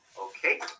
Okay